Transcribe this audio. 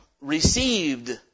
received